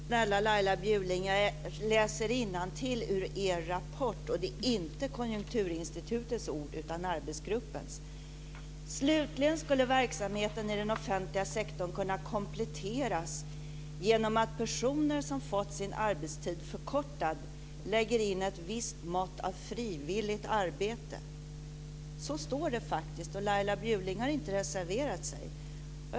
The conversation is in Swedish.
Fru talman! Men snälla Laila Bjurling, jag läser innantill ur er rapport och det är inte Konjunkturinstitutets ord, utan det är arbetsgruppens ord: Slutligen skulle verksamheten i den offentliga sektorn kunna kompletteras genom att personer som fått sin arbetstid förkortad lägger in ett visst mått av frivilligt arbete. Så står det faktiskt, och Laila Bjurling har inte reserverat sig.